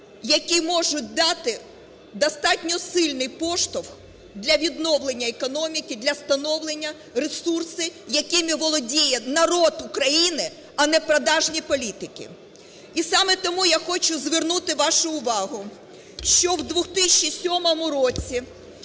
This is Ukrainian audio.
які можуть дати достатньо сильний поштовх для відновлення економіки, для становлення, ресурси, якими володіє народ України, а не продажні політики. І саме тому я хочу звернути вашу увагу, що в 2007 році